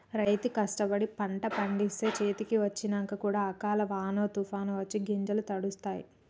రైతు కష్టపడి పంట పండిస్తే చేతికి వచ్చినంక కూడా అకాల వానో తుఫానొ వచ్చి గింజలు తడుస్తాయ్